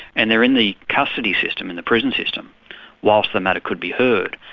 and they are in the custody system, in the prison system whilst the matter could be heard.